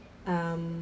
um